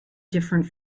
different